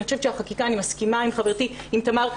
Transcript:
אני חושבת שהחקיקה אני מסכימה עם חברתי תמר,